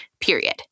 period